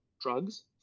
drugs